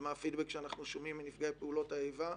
ומה הפידבק שאנחנו שומעים מנפגעי פעולות האיבה,